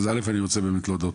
אז ראשית אני רוצה להודות,